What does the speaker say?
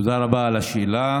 תודה רבה על השאלה,